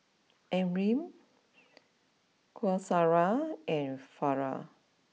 Amrin Qaisara and Farah